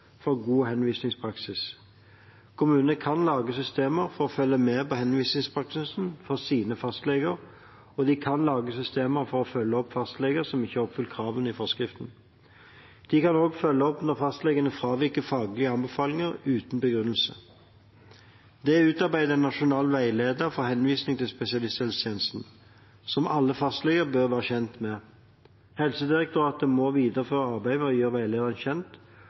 for god henvisningspraksis. Kommunene kan lage systemer for å følge med på henvisningspraksisen for sine fastleger, og de kan lage systemer for å følge opp fastleger som ikke oppfyller kravene i forskriften. De kan også følge opp når fastlegene fraviker faglige anbefalinger uten begrunnelse. Det er utarbeidet en nasjonal veileder for henvisning til spesialisthelsetjenesten som alle fastleger bør være kjent med. Helsedirektoratet må videreføre arbeidet med å gjøre